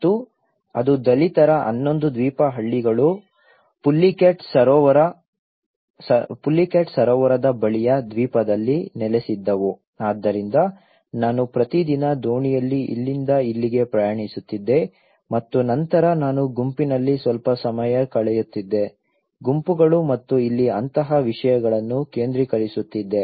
ಮತ್ತು ಅದು ದಲಿತರ 11 ದ್ವೀಪ ಹಳ್ಳಿಗಳು ಪುಲ್ಲಿಕಾಟ್ ಸರೋವರದ ಬಳಿಯ ದ್ವೀಪದಲ್ಲಿ ನೆಲೆಸಿದ್ದವು ಆದ್ದರಿಂದ ನಾನು ಪ್ರತಿದಿನ ದೋಣಿಯಲ್ಲಿ ಇಲ್ಲಿಂದ ಇಲ್ಲಿಗೆ ಪ್ರಯಾಣಿಸುತ್ತಿದ್ದೆ ಮತ್ತು ನಂತರ ನಾನು ಗುಂಪಿನಲ್ಲಿ ಸ್ವಲ್ಪ ಸಮಯ ಕಳೆಯುತ್ತಿದ್ದೆ ಗುಂಪುಗಳು ಮತ್ತು ಇಲ್ಲಿ ಅಂತಹ ವಿಷಯಗಳನ್ನು ಕೇಂದ್ರೀಕರಿಸುತ್ತಿದ್ದೆ